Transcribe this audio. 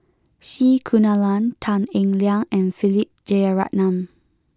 C Kunalan Tan Eng Liang and Philip Jeyaretnam